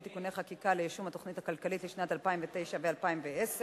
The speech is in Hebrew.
(תיקוני חקיקה ליישום התוכנית הכלכלית לשנים 2009 ו-2010)